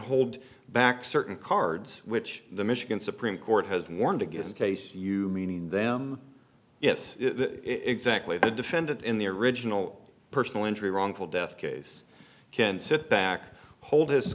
hold back certain cards which the michigan supreme court has warned against face you meaning them yes exactly the defendant in the original personal injury wrongful death case can sit back hold his